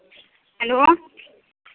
hello